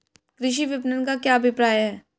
कृषि विपणन का क्या अभिप्राय है?